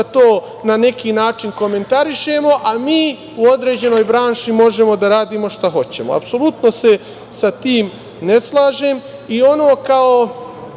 da to na neki način komentarišemo, ali mi u određenoj branši možemo da radimo šta hoćemo. Apsolutno se sa tim ne slažem. Ono što